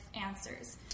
answers